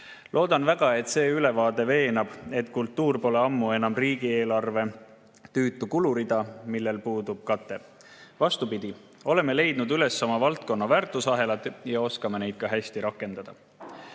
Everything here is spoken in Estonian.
Loodan väga, et see ülevaade veenab, et kultuur pole ammu enam riigieelarve tüütu kulurida, millel puudub kate. Vastupidi, oleme leidnud üles oma valdkonna väärtusahelad ja oskame neid ka hästi rakendada. Kultuuril